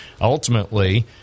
ultimately